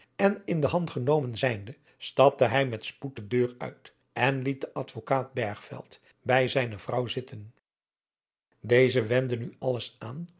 en in de hand genomen zijnde stapte hij met spoed de deur uit en liet den advokaat bergveld bij zijne vrouw zitten deze wendde nu alles aan